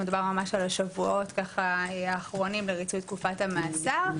מדובר ממש על השבועות האחרונים לריצוי תקופת המאסר.